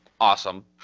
awesome